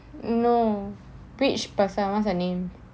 no which person what's her name